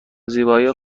زیبایی